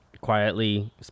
quietly